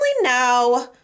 now